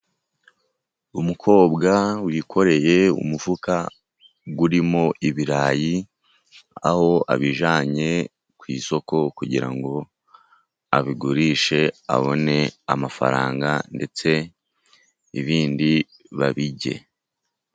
Umukobwa wikoreye umufuka urimo ibirayi, aho abijyanye ku isoko kugira ngo abigurishe abone amafaranga ndetse ibindi babirye.